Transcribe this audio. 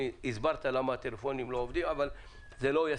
הסברת למה הטלפונים לא עובדים, אבל זה לא ישים.